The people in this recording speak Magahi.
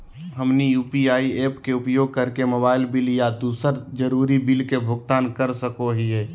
हमनी यू.पी.आई ऐप्स के उपयोग करके मोबाइल बिल आ दूसर जरुरी बिल के भुगतान कर सको हीयई